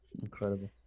incredible